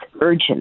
urgent